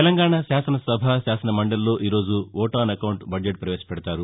తెలంగాణ శాసనసభ శాసనమందలిలో ఈరోజు ఓటాన్ అకౌంట్ బద్జెట్ పవేశపెదతారు